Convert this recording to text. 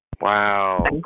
Wow